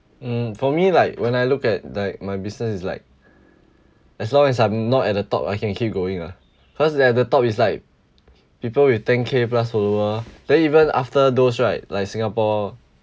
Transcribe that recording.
mm for me like when I look at like my business is like as long as I'm not at the top I can keep going lah cause at the top is like people with ten K plus follower then even after those right like Singapore